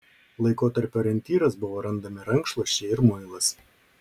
laikotarpio orientyras buvo randami rankšluosčiai ir muilas